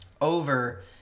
over